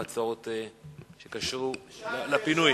על הצעות שקשורות לפינוי.